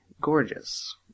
gorgeous